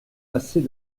assez